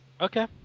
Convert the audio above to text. okay